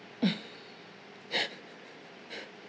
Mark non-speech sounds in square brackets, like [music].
[breath]